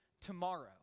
tomorrow